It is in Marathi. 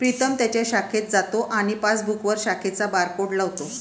प्रीतम त्याच्या शाखेत जातो आणि पासबुकवर शाखेचा बारकोड लावतो